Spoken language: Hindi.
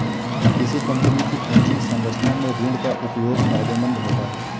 किसी कंपनी की पूंजी संरचना में ऋण का उपयोग फायदेमंद होता है